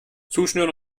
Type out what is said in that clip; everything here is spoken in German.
zuschnüren